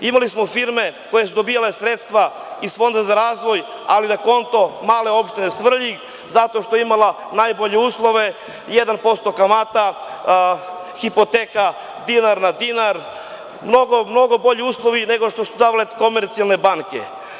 Imali smo firme koje su dobijala sredstva iz Fonda za razvoj, ali na konto male opštine Svrljig, zato što je imala najbolje uslove, 1% kamata, hipoteka dinar na dinar, mnogo bolji uslovi nego što su davale komercijalne banke.